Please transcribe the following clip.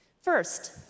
First